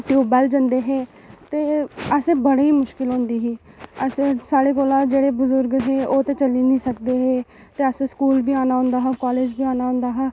tube well जंदे हे ते असें बड़ी मुशकिल होंदी ही अस साढ़े कोला जेह्ड़े बजुर्ग हे ओह् ते चली निं सकदे हे ते असें ई स्कूल बी औना होंदा हा कालेज बी औना होंदा हा